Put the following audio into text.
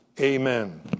Amen